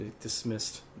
dismissed